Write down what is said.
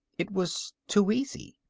it was too easy.